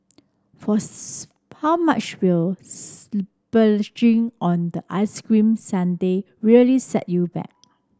for how much will splurging on the ice cream sundae really set you back